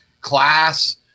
class